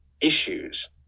issues